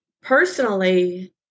Personally